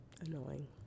Annoying